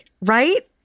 right